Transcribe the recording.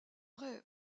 vrai